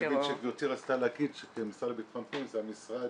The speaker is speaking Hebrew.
אני מבין שגברתי רצתה להגיד שהמשרד לביטחון פנים זה המשרד